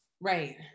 Right